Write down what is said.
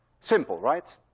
simple, right?